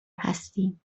هستیم